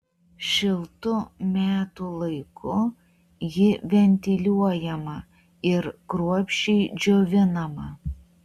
šiltu metų laiku ji ventiliuojama ir kruopščiai džiovinama